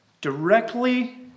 Directly